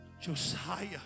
Josiah